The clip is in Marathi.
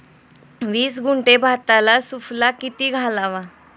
वीस गुंठे भाताला सुफला किती घालावा?